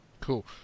Cool